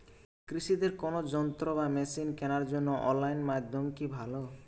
কৃষিদের কোন যন্ত্র বা মেশিন কেনার জন্য অনলাইন মাধ্যম কি ভালো?